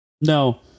No